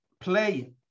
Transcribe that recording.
play